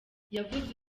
yavuze